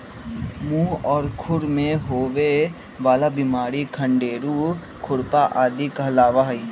मुह और खुर में होवे वाला बिमारी खंडेरू, खुरपा आदि कहलावा हई